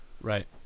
right